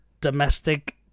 domestic